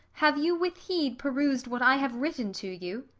have you with heed perus'd what i have written to you?